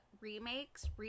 remakes